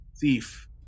thief